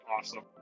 awesome